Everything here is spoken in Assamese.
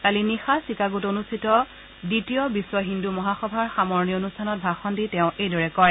কালি নিশা চিকাগোত অনুষ্ঠিত দ্বিতীয় বিশ্বহিন্দু মহাসভাৰ সামৰণি অনুষ্ঠানত ভাষণ দি তেওঁ এইদৰে কয়